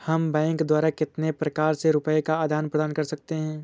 हम बैंक द्वारा कितने प्रकार से रुपये का आदान प्रदान कर सकते हैं?